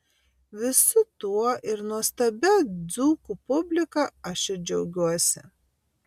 visu tuo ir nuostabia dzūkų publika aš ir džiaugiuosi